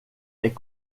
est